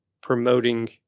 promoting